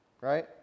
right